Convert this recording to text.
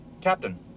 Captain